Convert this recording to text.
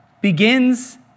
begins